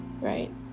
Right